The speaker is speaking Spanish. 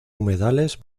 humedales